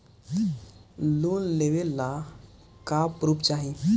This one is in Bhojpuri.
लोन लेवे ला का पुर्फ चाही?